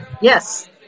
Yes